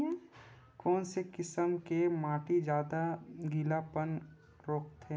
कोन से किसम के माटी ज्यादा गीलापन रोकथे?